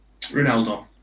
Ronaldo